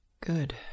Good